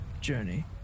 journey